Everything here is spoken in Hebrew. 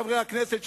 חברי הכנסת,